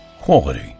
quality